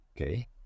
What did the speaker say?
Okay